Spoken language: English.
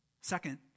Second